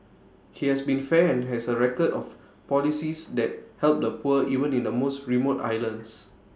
he has been fair and has A record of policies that help the poor even in the most remote islands